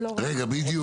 מה בדיוק